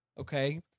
okay